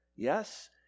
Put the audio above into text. yes